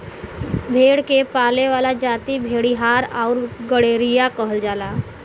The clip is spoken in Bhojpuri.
भेड़ के पाले वाला जाति भेड़ीहार आउर गड़ेरिया कहल जाला